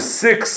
six